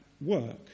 work